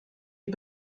die